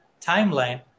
timeline